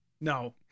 No